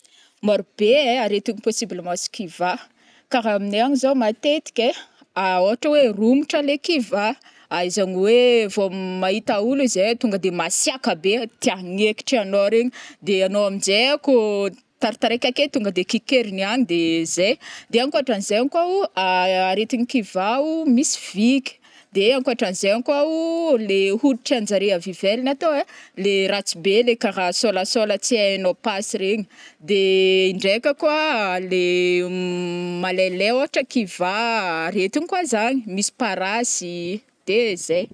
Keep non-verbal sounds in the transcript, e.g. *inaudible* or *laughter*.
Maro be ai aretigny possible mahazo kivà kara aminay agny zao matetiky ai aa ôhatra oe romitry le kivà aa izany oe vo maita olo izy ai tonga de masiaka be tia agnekitry ano reny de anao aminjay a ko taritaraiky ake tonga de kikerigny any de zai. de ankôhatranzai ani ko aa aretiny kivà o misy viky de ankoatranzai ko le hoditranjare avivaine teo ai le ratsy be kara solasola tsy aignao passe regny de ndraika koa le *hesitation* malailay ôhatra kivà aretingy koa zani misy parasy de zai.